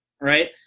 right